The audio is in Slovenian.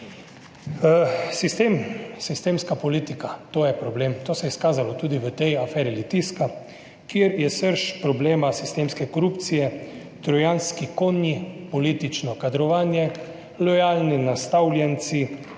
Sistem, sistemska politika, to je problem. To se je izkazalo tudi v tej aferi Litijska, kjer je srž problema sistemske korupcije, trojanski konji, politično kadrovanje, lojalni nastavljenci,